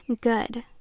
Good